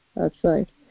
outside